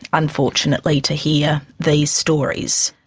unfortunately, to hear these stories.